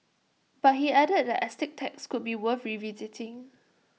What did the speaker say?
but he added that estate tax could be worth revisiting